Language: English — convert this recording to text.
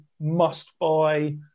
must-buy